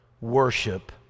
worship